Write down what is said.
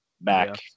back